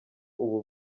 ubu